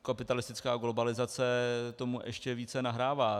Kapitalistická globalizace tomu ještě více nahrává.